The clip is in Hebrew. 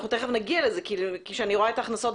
אנחנו תכף נגיע לזה כי כשאני רואה את ההכנסות